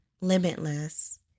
limitless